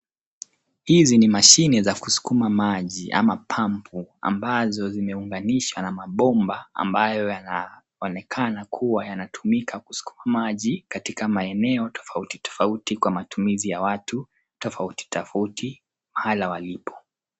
Hizi ni mashine za kusukuma maji ama pump ambazo zimeunganishwa na mabomba ambayo yanaonekana kuwa yanatumika kusukuma maji katika maeneo tofauti tofauti kwa matumizi ya watu tofauti tofauti mahali walipo.